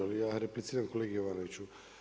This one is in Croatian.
Ali ja repliciram kolegi Jovanoviću.